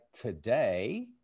today